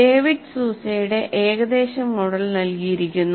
David സൂസയുടെ ഏകദേശ model നൽകിയിരിക്കുന്നു